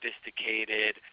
sophisticated